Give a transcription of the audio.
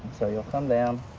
so you'll come down